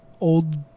old